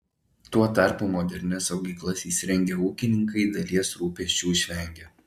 tuo tarpu modernias saugyklas įsirengę ūkininkai dalies rūpesčių išvengia